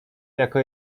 jako